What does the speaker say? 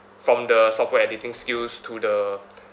from the software editing skills to the